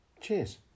Cheers